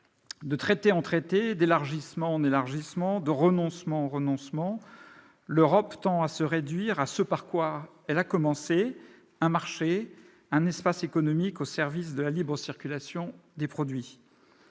De traité en traité, d'élargissement en élargissement, de renoncement en renoncement, l'Europe tend à se réduire à ce par quoi elle a commencé : un marché, un espace économique au service de la libre circulation des produits.